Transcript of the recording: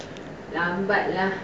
but ya